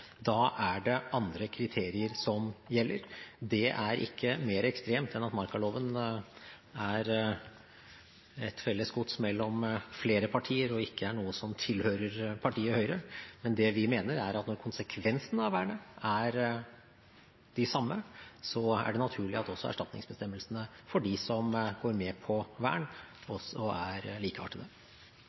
Da er det andre kriterier som gjelder. Det er ikke mer ekstremt enn at markaloven er et felles gods mellom flere partier og ikke noe som tilhører partiet Høyre. Men det vi mener, er at når konsekvensene av vernet er de samme, er det naturlig at erstatningsbestemmelsene for dem som går med på vern, også er likeartede.